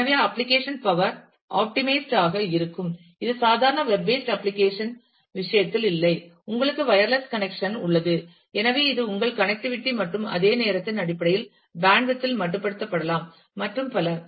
எனவே application power optimised ஆக இருக்கும் இது சாதாரண வெப் பேஸ்ட் அப்ளிகேஷன் இன் விஷயத்தில் இல்லை உங்களுக்கு வயர்லெஸ் கனெக்சன் உள்ளது எனவே இது உங்கள் கனெக்டிவிட்டி மற்றும் அந்த நேரத்தின் அடிப்படையில் பேண்ட்வித் இல் மட்டுப்படுத்தப்படலாம் மற்றும் பல